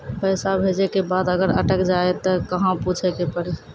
पैसा भेजै के बाद अगर अटक जाए ता कहां पूछे के पड़ी?